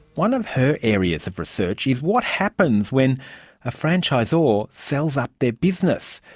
one of her areas of research is what happens when a franchisor sells up their business.